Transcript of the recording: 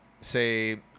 say